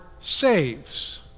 saves